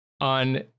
on